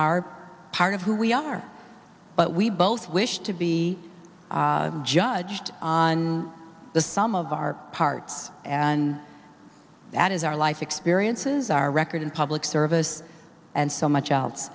are part of who we are but we both wish to be judged on the sum of our parts and that is our life experiences our record in public service and so much else